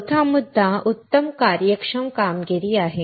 चौथा मुद्दा उत्तम कार्यक्षम कामगिरी आहे